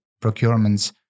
procurements